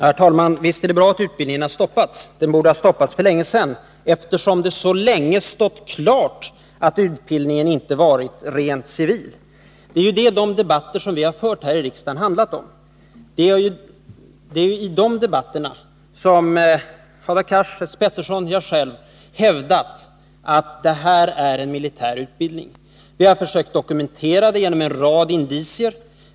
Herr talman! Visst är det bra att den militära utbildningen har stoppats. Den borde ha stoppats för länge sedan, eftersom det så länge stått klart att utbildningen inte varit rent civil. Det är detta som de debatter vi har fört här i riksdagen handlat om. Det är i de debatterna som Hadar Cars, Esse Petersson och jag själv hävdat att det här är en militär utbildning. Vi har försökt dokumentera det och visa på en rad indicier.